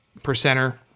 percenter